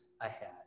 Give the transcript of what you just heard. ahead